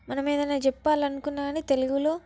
మనం ఏదైనా చెప్పాలనుకున్న కానీ తెలుగులో